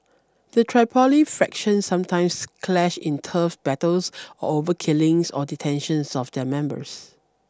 the Tripoli factions sometimes clash in turf battles or over killings or detentions of their members